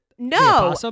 No